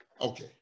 Okay